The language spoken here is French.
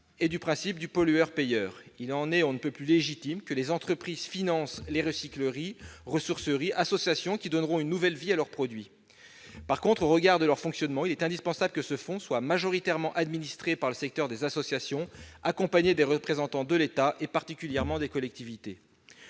et du principe pollueur-payeur. Il est on ne peut plus légitime que les entreprises financent les recycleries, les ressourceries et les associations qui donneront une nouvelle vie à leurs produits. En revanche, au regard de leur fonctionnement, il est indispensable que ce fonds soit majoritairement administré par le secteur des associations, accompagné des représentants de l'État, particulièrement des collectivités.